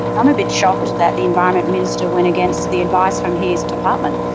i'm a bit shocked that the environment minister went against the advice from his department.